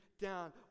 down